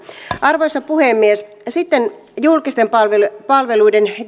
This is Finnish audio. arvoisa puhemies sitten julkisten palveluiden